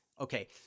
Okay